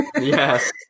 Yes